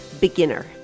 beginner